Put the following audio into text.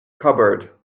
cupboard